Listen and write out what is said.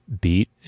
beat